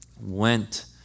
went